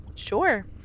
Sure